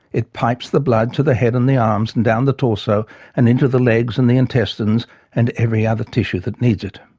it pipes the blood to the head and arms and down the torso and into the legs and the intestines and every other tissue that needs it.